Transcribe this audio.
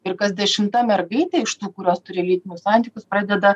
ir kas dešimta mergaitė iš tų kurios turi lytinius santykius pradeda